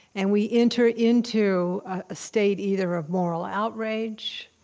and we enter into a state either of moral outrage,